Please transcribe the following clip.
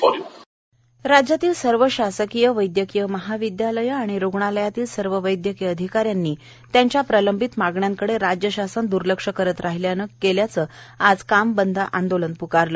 वैदयकीय राज्यातल्या सर्व शासकीय वैद्यकीय महाविद्यालयं आणि रुग्णालयातल्या सर्व वैद्यकीय अधिकाऱ्यांनी त्यांच्या प्रलंबित मागण्यांकडे राज्यशासन द्र्लक्ष करत राहिल्यानं केल्यानं आज काम बंद आंदोलन प्कारलं